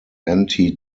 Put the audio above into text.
anti